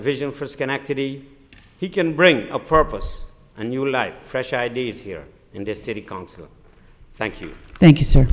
vision for schenectady he can bring a purpose and you like fresh ideas here in this city council thank you thank you sir